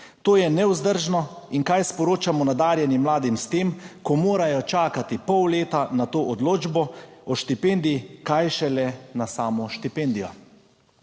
To je nevzdržno. In kaj sporočamo nadarjenim mladim s tem, ko morajo čakati pol leta na to odločbo o štipendiji? Kaj šele na samo štipendijo?